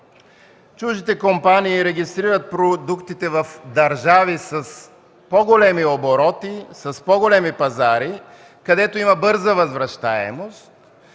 Чуждите компании регистрират продуктите в държави с по-големи обороти, с по-големи пазари, където има бърза възвръщаемост,